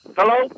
Hello